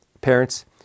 Parents